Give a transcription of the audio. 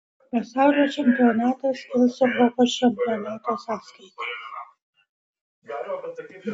pasaulio čempionatas kils europos čempionato sąskaita